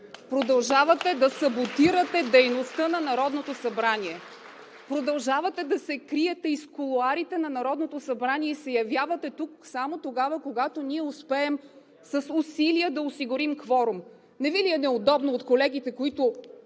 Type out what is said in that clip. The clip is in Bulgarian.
Продължавате да саботирате дейността на Народното събрание, продължавате да се криете из кулоарите на Народното събрание и се явявате тук само тогава, когато ние успеем с усилие да осигурим кворум! Не Ви ли е неудобно от колегите, които